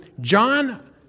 John